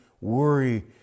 worry